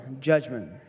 judgment